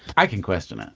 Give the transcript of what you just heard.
i can question it.